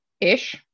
Ish